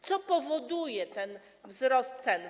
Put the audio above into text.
Co powoduje ten wzrost cen?